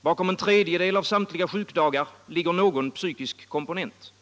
Bakom en tredjedel av samtliga sjukdagar ligger någon psykisk komponent.